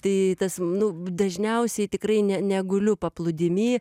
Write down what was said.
tai tas nu dažniausiai tikrai ne ne guliu paplūdimy